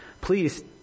please